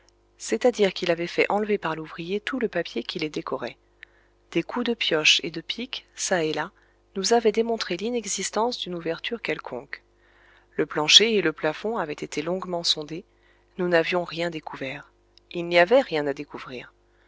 c'est-à-dire qu'il avait fait enlever par l'ouvrier tout le papier qui les décorait des coups de pioches et de pics çà et là nous avaient démontré l'inexistence d'une ouverture quelconque le plancher et le plafond avaient été longuement sondés nous n'avions rien découvert il n'y avait rien à découvrir